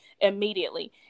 immediately